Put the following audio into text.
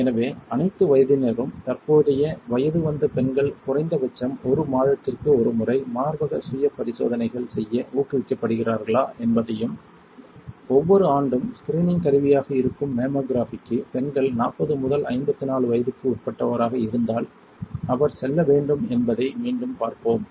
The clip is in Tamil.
எனவே அனைத்து வயதினரும் தற்போதைய வயது வந்த பெண்கள் குறைந்தபட்சம் ஒரு மாதத்திற்கு ஒரு முறை மார்பக சுய பரிசோதனை செய்ய ஊக்குவிக்கப்படுகிறார்களா என்பதையும் ஒவ்வொரு ஆண்டும் ஸ்கிரீனிங் கருவியாக இருக்கும் மேமோகிராஃபிக்கு பெண்கள் 40 முதல் 54 வயதுக்கு உட்பட்டவராக இருந்தால் அவர் செல்ல வேண்டும் என்பதை மீண்டும் பார்ப்போம்